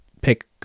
pick